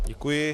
Děkuji.